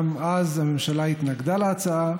גם אז הממשלה התנגדה להצעה,